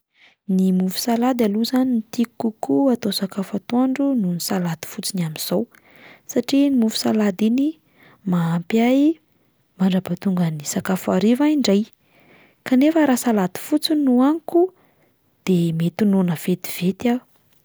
Ny mofo salady aloha zany no tiako kokoa atao sakafo atoandro noho ny salady fotsiny amin'izao satria iny mofo salady iny mahampy ahy mandrapahatonga ny sakafo hariva indray, kanefa raha salady fotsiny no hohaniko de mety noana vetivety aho.